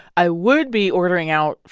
i would be ordering out,